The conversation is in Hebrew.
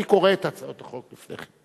אני קורא את הצעות החוק לפני כן.